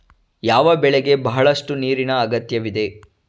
ಯಾವ ಬೆಳೆಗೆ ಬಹಳಷ್ಟು ನೀರಿನ ಅಗತ್ಯವಿದೆ?